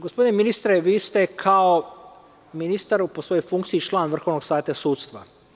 Gospodine ministre, vi ste kao ministar po svojoj funkciji i član Vrhovnog saveta sudstva.